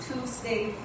Tuesday